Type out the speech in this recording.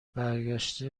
برگشته